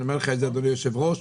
אדוני היושב-ראש.